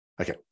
Okay